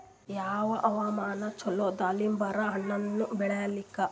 ಯಾವ ಹವಾಮಾನ ಚಲೋ ದಾಲಿಂಬರ ಹಣ್ಣನ್ನ ಬೆಳಿಲಿಕ?